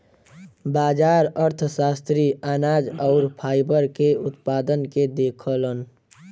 बाजार अर्थशास्त्री अनाज आउर फाइबर के उत्पादन के देखलन